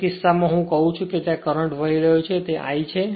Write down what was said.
તેથી તે કિસ્સામાં હું કહું છું કે ત્યાં કરંટ વહી રહ્યો છે તે I છે